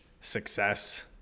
success